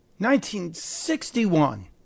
1961